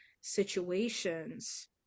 situations